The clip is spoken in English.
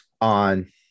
on